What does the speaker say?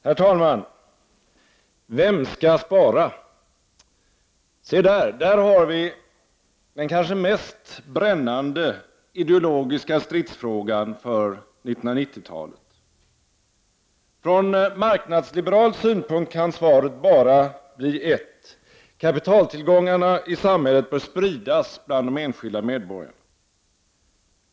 Herr talman! Vem skall spara? Se, där har vi kanske den mest brännande ideologiska stridsfrågan för 1990-talet. Från marknadsliberal synpunkt kan svaret bara bli ett: Kapitaltillgångarna i samhället bör spridas bland de enskilda medborgarna.